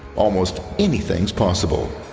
almost anything's possible.